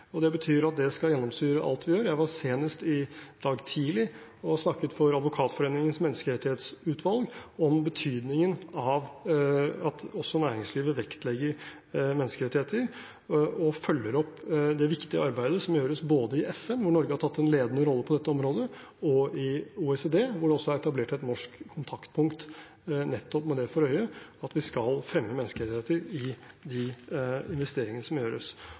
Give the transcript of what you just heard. Det betyr at det skal gjennomsyre alt vi gjør. Jeg var senest i dag tidlig og snakket for Advokatforeningens menneskerettighetsutvalg om betydningen av at også næringslivet vektlegger menneskerettigheter og følger opp det viktige arbeidet som gjøres både i FN, hvor Norge har tatt en ledende rolle på dette området, og i OECD, hvor det er etablert et norsk kontaktpunkt nettopp med det for øye at vi skal fremme menneskerettigheter i de investeringene som gjøres.